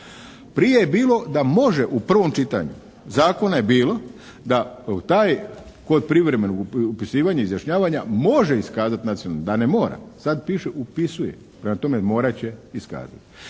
Prije je bilo da može u prvom čitanju Zakona je bilo da taj kod privremenog, upisivanja i izjašnjavanja može iskazati nacionalnost, da ne mora, sad piše upisuje. Prema tome, morat će iskazati.